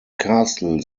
castle